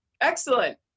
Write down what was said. Excellent